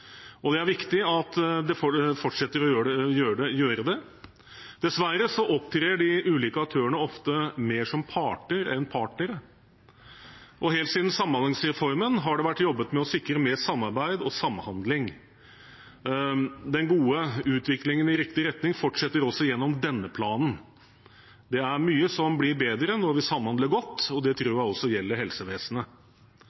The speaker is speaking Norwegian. og det er viktig at det fortsetter å gjøre det. Dessverre opptrer de ulike aktørene ofte mer som parter enn partnere, og helt siden samhandlingsreformen har det vært jobbet med å sikre mer samarbeid og samhandling. Den gode utviklingen i riktig retning fortsetter også gjennom denne planen. Det er mye som blir bedre når vi samhandler godt, og det tror